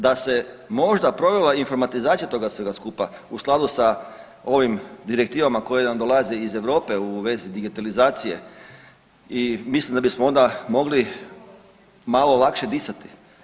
Da se možda provela informatizacija toga svega skupa u skladu sa ovim direktivama koje nam dolaze iz Europe u vezi digitalizacije i mislim da bismo onda mogli malo lakše disati.